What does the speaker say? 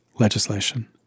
legislation